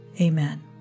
Amen